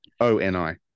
O-N-I